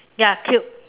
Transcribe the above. ya cube